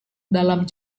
dalam